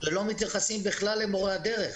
לא מתייחסים בכלל למורי הדרך.